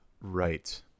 Right